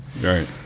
right